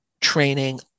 training